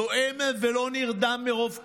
זועם ולא נרדם מרוב כעס,